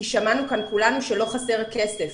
כי שמענו כולנו שלא חסר כסף.